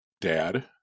dad